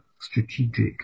strategic